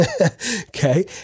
Okay